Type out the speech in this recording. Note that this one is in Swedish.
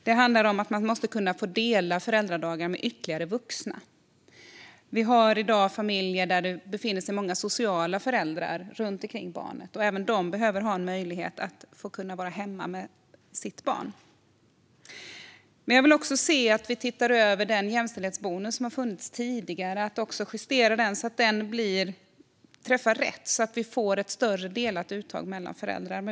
Det handlar om att man måste kunna få dela föräldradagar med ytterligare vuxna. Vi har i dag familjer där det befinner sig många sociala föräldrar runt barnet. Även de behöver ha en möjlighet att vara hemma med sitt barn. Jag vill också att vi tittar över den jämställdhetsbonus som funnits tidigare och justerar den så att den träffar rätt så att vi får ett större delat uttag mellan föräldrar.